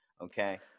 Okay